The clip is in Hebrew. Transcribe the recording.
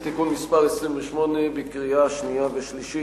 (תיקון מס' 28) לקריאה שנייה ושלישית.